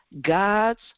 God's